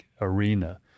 arena